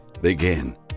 begin